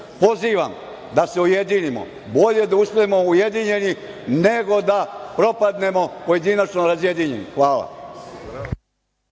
pozivam da se ujedinimo. Bolje da uspemo ujedinjeni, nego da propadnemo pojedinačno razjedinjeni. Hvala.